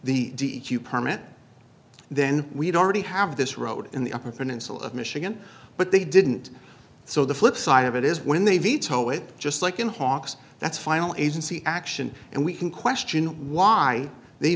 the permit then we'd already have this road in the upper peninsula of michigan but they didn't so the flipside of it is when they veto it just like in hawke's that's final agency action and we can question why they